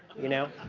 you know.